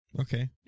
Okay